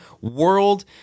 world